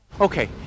Okay